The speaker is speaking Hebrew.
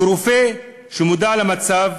כרופא שמודע למצב,